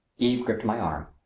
eve gripped my arm.